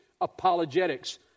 apologetics